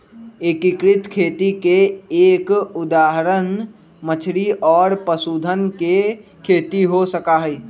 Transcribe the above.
एकीकृत खेती के एक उदाहरण मछली और पशुधन के खेती हो सका हई